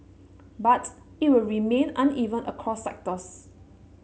but it will remain uneven across sectors